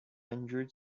endured